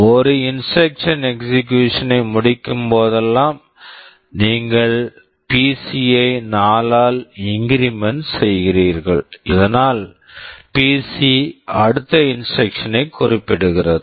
ஒரு instruction instruction execution execution ஐ முடிக்கும்போதெல்லாம் நீங்கள் பிசி PC யை 4 ஆல் இங்கிரிமெண்ட் increment செய்கிறீர்கள் இதனால் பிசி PC அடுத்த இன்ஸ்ட்ரக்க்ஷன் instruction ஐ குறிப்பிடுகிறது